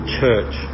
church